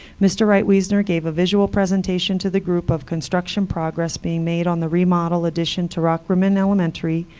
mr. wright wiesner gave a visual presentation to the group of construction progress being made on the remodel addition to rockrimmon elementary,